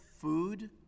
food